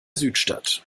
südstadt